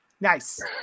Nice